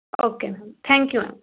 okay ma'am thank you ma'am